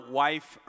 wife